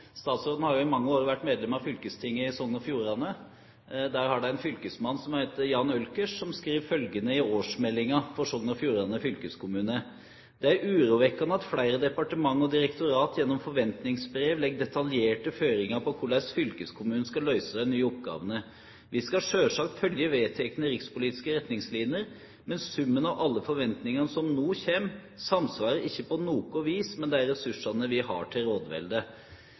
Fjordane. Der har de en fylkesrådmann som heter Jan Øhlckers, som skriver følgende i årsmeldingen for Sogn og Fjordane fylkeskommune: «Det er urovekkande at fleire departement og direktorat gjennom forventingsbrev legg detaljerte føringar på korleis fylkeskommunen skal løyse dei nye oppgåvene. Vi skal sjølvsagt følgje vedtekne rikspolitiske retningsliner, men summen av alle forventningane som no kjem, samsvarar ikkje på noko vis med dei ressursane vi har til rådvelde.»